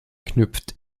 knüpft